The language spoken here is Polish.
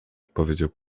odpowiedział